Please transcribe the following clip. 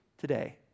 today